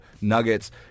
nuggets